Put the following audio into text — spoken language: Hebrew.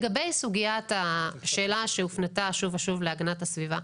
לגבי השאלה שהופנתה שוב ושוב להגנת הסביבה.